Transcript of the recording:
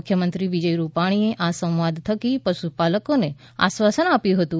મુખ્યમંત્રી વિજય રૂપાણીએ આ સંવાદ થકી પશુપાલકોને આશ્વાસન આપ્યુ હતું